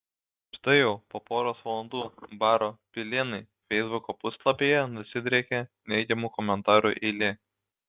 štai jau po poros valandų baro pilėnai feisbuko puslapyje nusidriekė neigiamų komentarų eilė